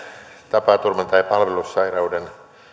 tapaturman tai palvelussairauden